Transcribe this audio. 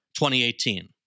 2018